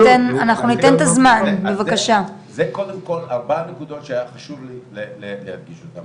זה קודם כל ארבע נקודות שהיה חשוב לי להדגיש אותן.